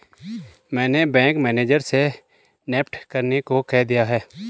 मैंने bank manager से NEFT करने को कह दिया है